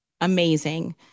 amazing